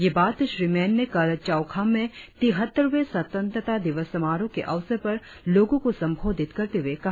यह बात श्री मेन ने कल चौखाम में तिहत्तरवें स्वतंत्रता दिवस समारोह के अवसर पर लोगों को संबोधित करते हुए कहा